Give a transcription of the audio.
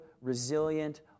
resilient